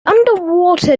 underwater